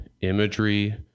imagery